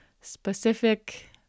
specific